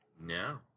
No